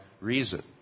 reason